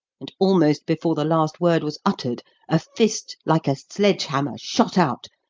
and almost before the last word was uttered a fist like a sledge-hammer shot out,